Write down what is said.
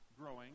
growing